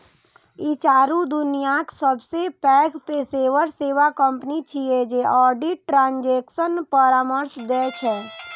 ई चारू दुनियाक सबसं पैघ पेशेवर सेवा कंपनी छियै जे ऑडिट, ट्रांजेक्शन परामर्श दै छै